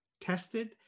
tested